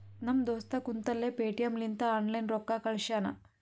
ನಮ್ ದೋಸ್ತ ಕುಂತಲ್ಲೇ ಪೇಟಿಎಂ ಲಿಂತ ಆನ್ಲೈನ್ ರೊಕ್ಕಾ ಕಳ್ಶ್ಯಾನ